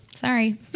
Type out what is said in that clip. sorry